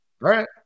right